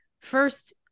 first-